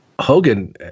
Hogan